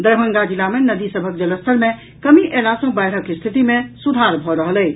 दरभंगा जिला मे नदी सभक जलस्तर मे कमी अयला सॅ बाढ़िक स्थिति मे सुधार भऽ रहल अछि